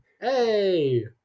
Hey